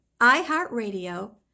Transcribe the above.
iHeartRadio